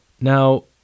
Now